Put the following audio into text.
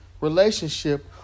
relationship